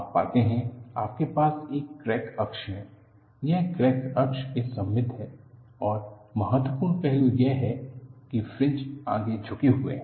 आप पाते हैं आपके पास एक क्रैक अक्ष है यह क्रैक अक्ष के सममित है और महत्वपूर्ण पहलू यह है कि फ्रिंज आगे झुके हुए हैं